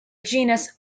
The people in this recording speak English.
genus